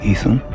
Ethan